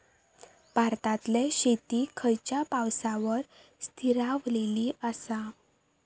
भारतातले शेती खयच्या पावसावर स्थिरावलेली आसा?